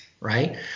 Right